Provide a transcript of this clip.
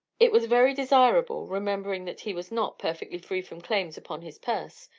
it was very desirable, remembering that he was not perfectly free from claims upon his purse,